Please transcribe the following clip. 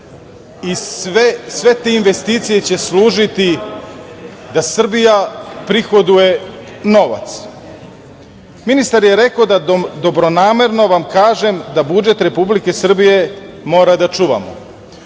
i sve te investicije će služiti da Srbija prihoduje novac. Ministar je rekao – da dobronamerno vam kažem da budžet Republike Srbije moramo da čuvamo.